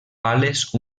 pales